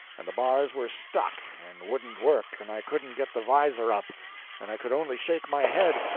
and the bars were stuck and wouldn't work, and i couldn't get the visor up and i could only shake my head,